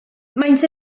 maent